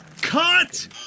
Cut